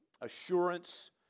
assurance